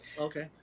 Okay